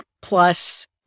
plus